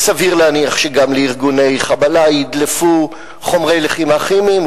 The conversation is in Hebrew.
וסביר להניח שגם לארגוני חבלה ידלפו חומרי לחימה כימיים,